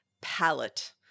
palette